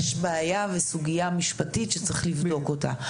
יש בעיה וסוגיה משפטית שצריך לבדוק אותה.